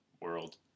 world